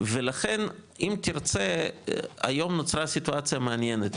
ולכן אם תרצה היום נוצרה סיטואציה מעניינית,